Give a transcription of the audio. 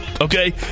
Okay